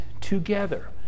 together